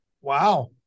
Wow